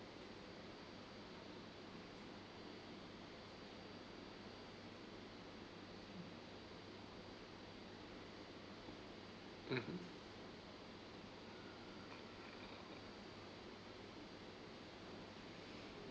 mmhmm